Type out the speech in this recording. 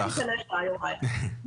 אני סומכת עליך, יוראי.